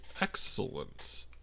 excellent